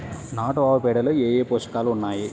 నాటు ఆవుపేడలో ఏ ఏ పోషకాలు ఉన్నాయి?